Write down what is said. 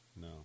no